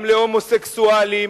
גם להומוסקסואלים.